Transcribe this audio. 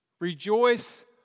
Rejoice